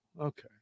Okay